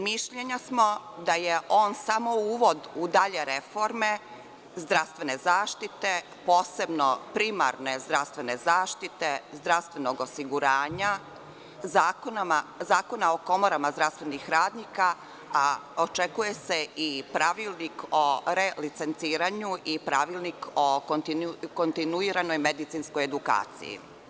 Mišljenja smo da je on samo uvod u dalje reforme zdravstvene zaštite, posebno primarne zdravstvene zaštite, zdravstvenog osiguranja, Zakona o komorama zdravstvenih radnika, a očekuje se i pravilnik o relicenciranju i pravilnik o kontinuiranoj medicinskoj edukaciji.